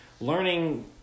learning